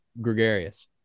gregarious